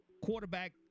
quarterback